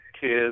kids